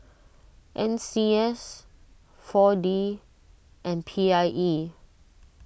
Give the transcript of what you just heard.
N C S four D and P I E